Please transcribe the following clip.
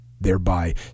thereby